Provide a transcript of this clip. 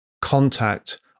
contact